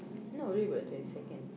not worried about the twenty second